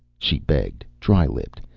she begged, dry-lipped,